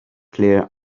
clear